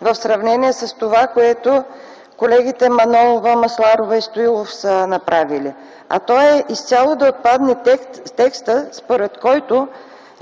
в сравнение с това, което колегите Манолова, Масларова и Стоилов са направили. А то е: изцяло да отпадне текстът, според който